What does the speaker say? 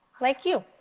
like you.